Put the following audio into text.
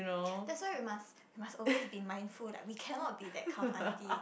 that's why we must we must always be mindful like we cannot be that kind of auntie